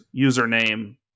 username